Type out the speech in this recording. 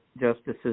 justices